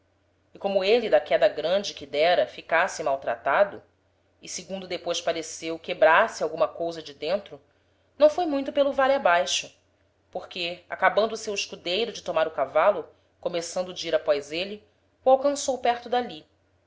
e como êle da queda grande que dera ficasse mal tratado e segundo depois pareceu quebrasse alguma cousa de dentro não foi muito pelo vale abaixo porque acabando o seu escudeiro de tomar o cavalo começando d'ir após êle o alcançou perto d'ali